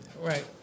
Right